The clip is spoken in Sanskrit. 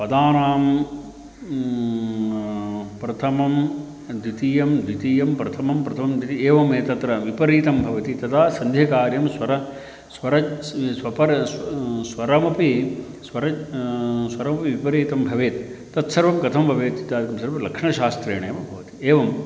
पदानां प्रथमं द्वितीयं द्वितीयं प्रथमं प्रथमं द्वितीयं एवमेव तत्र विपरीतं भवति तदा सन्धिकार्यं स्वरः स्वरः स्वरः स्वरः स्वरमपि स्वरं स्वरौ विपरीतं भवेत् तत्सर्वं कथं भवेत् इत्यादिकं सर्व लक्षणशास्त्रेण एव भवति एवं